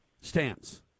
stance